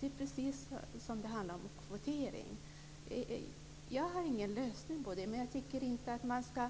Det är precis som om det handlade om kvotering. Jag har ingen lösning på det. Men jag tycker inte att man ska